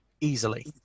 easily